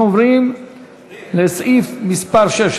אנחנו עוברים לסעיף מס' 6,